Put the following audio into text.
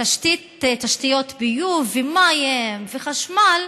תשתיות ביוב ומים וחשמל,